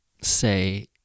say